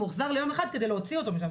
הוא הוחזר ליום אחד כדי להוציא אותו משם.